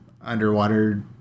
underwater